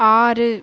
ஆறு